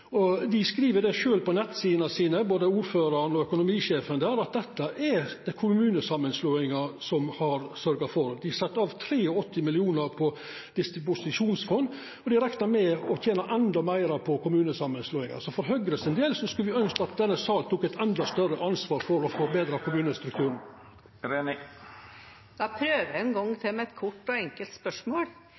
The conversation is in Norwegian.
Dei skriv sjølve på nettsidene sine, både ordføraren og økonomisjefen der, at dette er det kommunesamanslåinga som har sørgt for. Dei sette av 83 mill. kr i eit disposisjonsfond, og dei reknar med å tena endå meir på kommunesamanslåinga. Så for Høgre sin del skulle me ønskt at denne salen tok eit endå større ansvar for å forbetra kommunestrukturen. Jeg prøver en gang til med et kort og enkelt spørsmål: